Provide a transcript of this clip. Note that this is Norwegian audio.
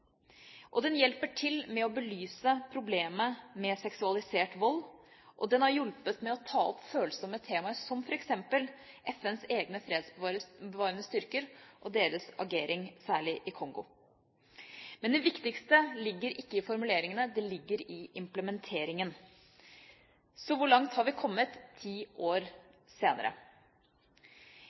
Den hjelper til med å belyse problemet med seksualisert vold, og den har hjulpet til med å ta opp følsomme tema som f.eks. FNs egne fredsbevarende styrker og deres agering, særlig i Kongo. Men det viktigste ligger ikke i formuleringene. Det ligger i implementeringen. Så hvor langt har vi kommet ti år senere?